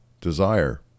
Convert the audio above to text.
desire